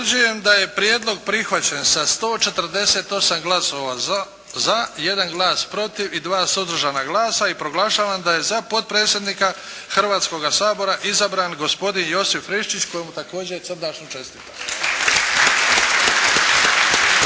Utvrđujem da je prijedlog prihvaćen sa 148 glasova za, jedan glas protiv i dva suzdržana glasa i proglašavam da je za potpredsjednika Hrvatskoga sabora izabran gospodin Josip Friščić kojemu također srdačno čestitam.